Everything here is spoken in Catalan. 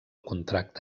contracte